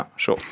um sure,